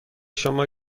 شما